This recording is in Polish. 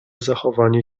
zachowanie